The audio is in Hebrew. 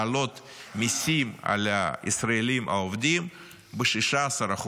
להעלות מיסים על הישראלים העובדים ב-16%.